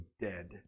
dead